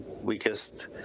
weakest